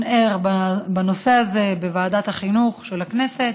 ער בנושא הזה בוועדת החינוך של הכנסת.